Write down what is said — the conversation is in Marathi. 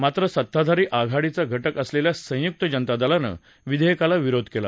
मात्र सत्ताधारी आघाडीचा घटक असलेल्या संयुक्त जनता दलानं विधेयकाला विरोध केला